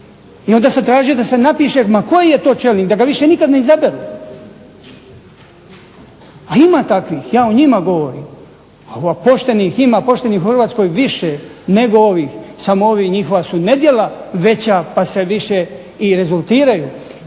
I onda sam tražio da se napiše ma koji je to čelnik da ga više nikad ne izaberu. A ima takvih, ja o njima govorim. Poštenih ima, pošteni u Hrvatskoj više nego ovih, samo ovi, njihova su nedjela veća pa se više i rezultiraju,